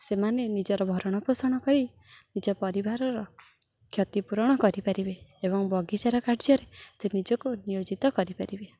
ସେମାନେ ନିଜର ଭରଣପୋଷଣ କରି ନିଜ ପରିବାରର କ୍ଷତିପୂରଣ କରିପାରିବେ ଏବଂ ବଗିଚାରା କାର୍ଯ୍ୟରେ ସେ ନିଜକୁ ନିୟୋଜିତ କରିପାରିବେ